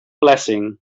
blessing